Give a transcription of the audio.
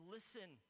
Listen